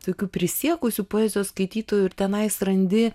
tokių prisiekusių poezijos skaitytojų ir tenai surandi